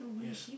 ya